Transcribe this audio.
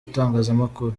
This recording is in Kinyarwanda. n’itangazamakuru